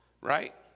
right